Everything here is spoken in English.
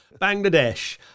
Bangladesh